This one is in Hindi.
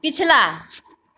पिछला